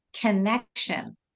connection